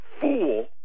fool